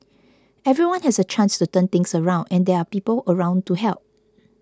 everyone has a chance to turn things around and there are people around to help